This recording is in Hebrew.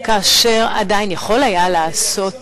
כאשר עדיין יכול היה לעשות זאת,